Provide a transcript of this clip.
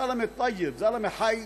זלמה טייב, זלמה חי.